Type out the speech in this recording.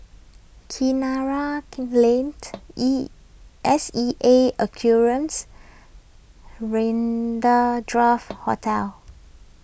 Kinara Lane E S E A Aquariums Hotel